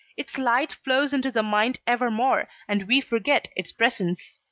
its light flows into the mind evermore, and we forget its presence.